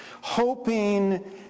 hoping